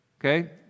Okay